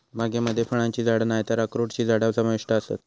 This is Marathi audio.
बागेमध्ये फळांची झाडा नायतर अक्रोडची झाडा समाविष्ट आसत